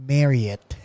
Marriott